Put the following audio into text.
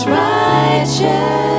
righteous